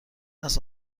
است